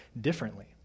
differently